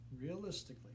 realistically